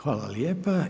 Hvala lijepa.